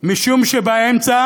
משום שבאמצע